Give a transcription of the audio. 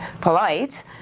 polite